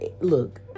look